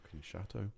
chateau